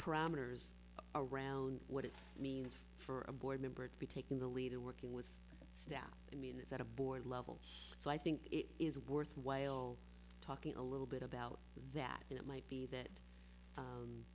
parameters around what it means for a board member to be taking the lead or working with staff i mean it's at a board level so i think it is worthwhile talking a little bit about that and it might be that